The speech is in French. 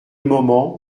moment